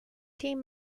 team